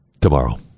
tomorrow